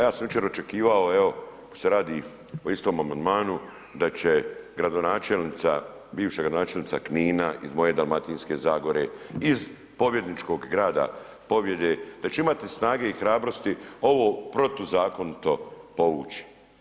Ja sam jučer očekivao, evo, da se radi o istom amandmanu, da će gradonačelnica, bivša gradonačelnica Knina iz moje Dalmatinske zagore iz pobjedničkog grada pobjede, da će imati snage i hrabrosti ovo protuzakonito povući.